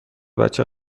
بچه